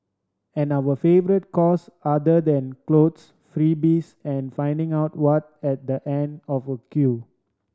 and our favourite cause other than clothes freebies and finding out what at the end of a queue